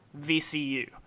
VCU